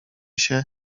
się